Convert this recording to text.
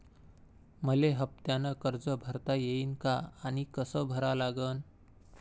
मले हफ्त्यानं कर्ज भरता येईन का आनी कस भरा लागन?